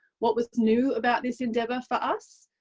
what was new about this endeavour for us.